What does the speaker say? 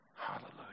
hallelujah